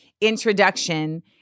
introduction